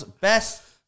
best